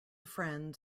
friends